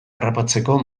harrapatzeko